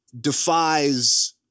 defies